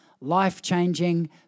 life-changing